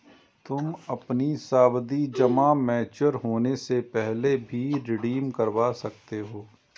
तुम अपनी सावधि जमा मैच्योर होने से पहले भी रिडीम करवा सकते हो